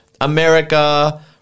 America